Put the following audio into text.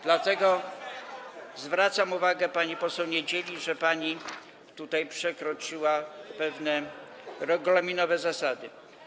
Dlatego zwracam uwagę pani poseł Niedzieli, że pani tutaj przekroczyła pewne regulaminowe zasady.